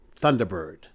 Thunderbird